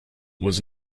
was